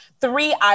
Three